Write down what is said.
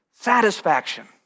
Satisfaction